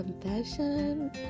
confession